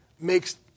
makes